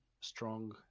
strong